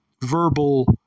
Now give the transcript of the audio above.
verbal